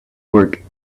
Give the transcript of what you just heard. work